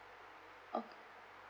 oh